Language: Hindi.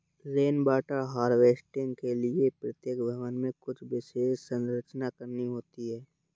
रेन वाटर हार्वेस्टिंग के लिए प्रत्येक भवन में कुछ विशेष संरचना करनी होती है